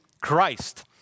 Christ